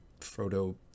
Frodo